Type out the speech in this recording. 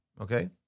Okay